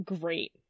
great